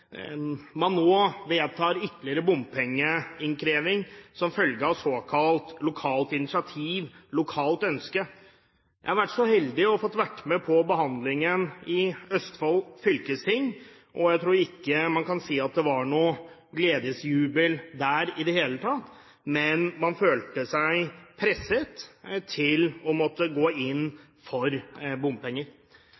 man nå får hjelp av ytterligere bompengeinnkreving, som følge av såkalt lokalt initiativ – lokalt ønske. Jeg har vært så heldig å få være med på behandlingen i Østfold fylkesting, og jeg tror ikke man kan si at det var noen gledesjubel der i det hele tatt. Men man følte seg presset til å gå inn